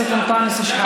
הכנסת אוסאמה סעדי.